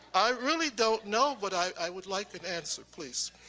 i really don't know, but i would like an answer, please.